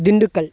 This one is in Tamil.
திண்டுக்கல்